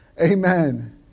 Amen